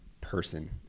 person